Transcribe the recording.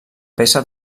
peça